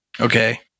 Okay